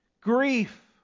grief